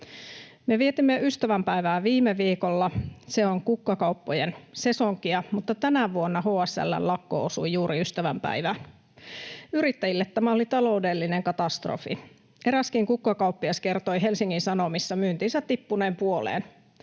Me vietimme ystävänpäivää viime viikolla. Se on kukkakauppojen sesonkia, mutta tänä vuonna HSL:n lakko osui juuri ystävänpäivään. Yrittäjille tämä oli taloudellinen katastrofi. Eräskin kukkakauppias kertoi Helsingin Sanomissa myyntinsä tippuneen puoleen,